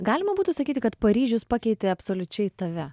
galima būtų sakyti kad paryžius pakeitė absoliučiai tave